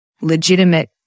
legitimate